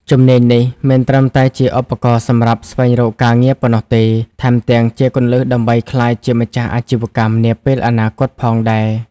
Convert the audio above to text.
ជំនាញនេះមិនត្រឹមតែជាឧបករណ៍សម្រាប់ស្វែងរកការងារប៉ុណ្ណោះទេ ថែមទាំងជាគន្លឹះដើម្បីក្លាយជាម្ចាស់អាជីវកម្មនាពេលអនាគតផងដែរ។